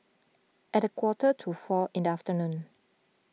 at a quarter to four in the afternoon